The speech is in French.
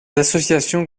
associations